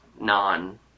non